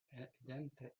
evidente